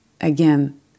again